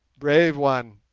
brave one!